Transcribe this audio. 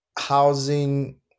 Housing